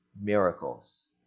miracles